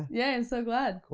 yeah and so glad!